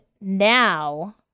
now